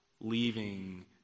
leaving